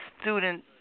student